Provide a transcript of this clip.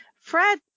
Fred